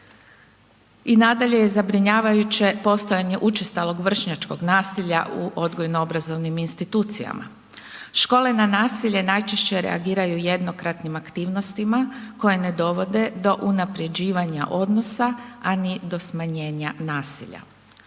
I nadalje je zabrinjavajuće postojanje učestalog vršnjačkog nasilja u odgojno-obrazovnim institucijama. Škole na nasilje najčešće reagiraju jednokratnim aktivnostima koje ne dovode do unaprjeđivanja odnosa a ni do smanjenja nasilja.